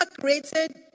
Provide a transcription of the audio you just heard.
created